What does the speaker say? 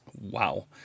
wow